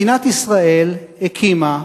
מדינת ישראל הקימה,